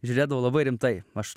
žiūrėdavau labai rimtai aš